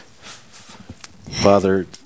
Father